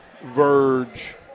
Verge